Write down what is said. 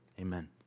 amen